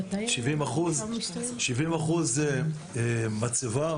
70% זה מצבה,